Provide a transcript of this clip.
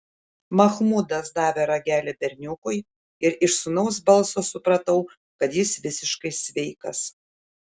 machmudas davė ragelį berniukui ir iš sūnaus balso supratau kad jis visiškai sveikas